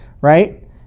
right